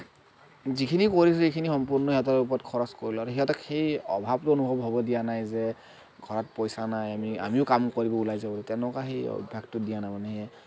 যিখিনি কৰিছোঁ সেইখিনি সম্পূৰ্ণ সিহঁতৰ ওপৰত খৰছ কৰিলোঁ আৰু সিহঁতক সেই অভাৱটো অনুভৱ হ'ব দিয়া নাই যে ঘৰত পইচা নাই আমি আমিও কাম কৰিবলৈ ওলাই যাব তেনেকুৱা সেই অভ্যাসটো দিয়া নাই মানে সেই